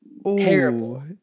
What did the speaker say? terrible